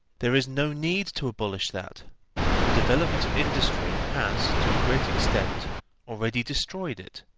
there is no need to abolish that the development of industry has to a great extent already destroyed it,